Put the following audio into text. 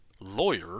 lawyer